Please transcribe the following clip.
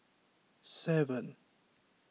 seven